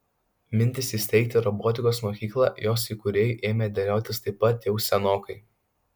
mintys įsteigti robotikos mokyklą jos įkūrėjui ėmė dėliotis taip pat jau senokai